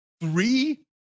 three